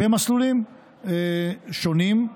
במסלולים שונים.